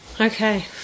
okay